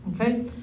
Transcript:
Okay